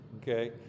Okay